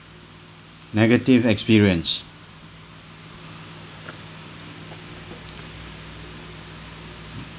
negative experience